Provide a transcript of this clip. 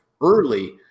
early